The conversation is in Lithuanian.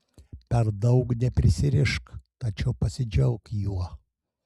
per daug neprisirišk tačiau pasidžiauk juo